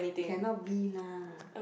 cannot be lah